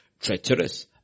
Treacherous